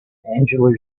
angela